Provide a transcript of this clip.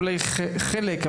אולי חלק,